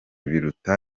biruta